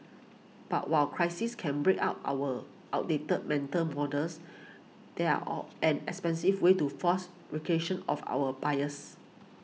but while crises can break out our outdated mental models they are or an expensive way to force of our biases